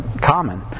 common